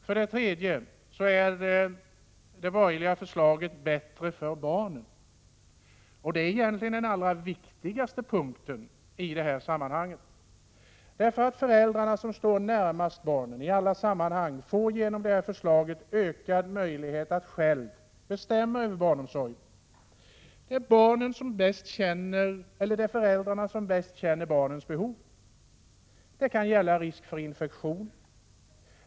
För det tredje är det borgerliga förslaget bättre för barnen — detta är egentligen den allra viktigaste punkten i detta sammanhang. Föräldrarna, som i alla avseenden står närmast barnen, får genom detta förslag ökad möjlighet att själva bestämma över barnomsorgen. Det är föräldrarna som bäst känner barnens behov, t.ex. när det gäller risk för infektioner.